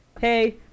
hey